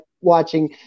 watching